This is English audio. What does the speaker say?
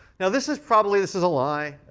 now, this is probably, this is a lie.